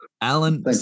Alan